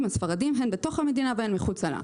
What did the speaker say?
הספרדים הן בתוך המדינה והן מחוצה לה.